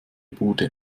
bude